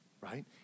right